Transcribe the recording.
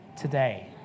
today